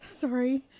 Sorry